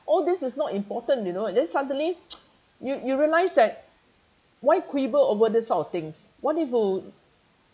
all this is not important you know and then suddenly you you realise that why quibble over this sort of things what if